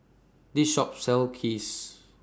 This Shop sells Kheer